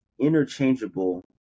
interchangeable